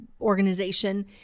organization